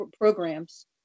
programs